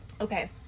okay